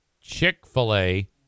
Chick-fil-A